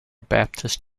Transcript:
baptist